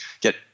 get